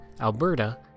Alberta